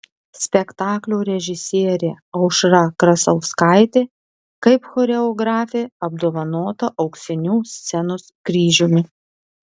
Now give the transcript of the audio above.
spektaklio režisierė aušra krasauskaitė kaip choreografė apdovanota auksiniu scenos kryžiumi